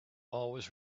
always